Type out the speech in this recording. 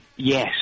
Yes